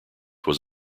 was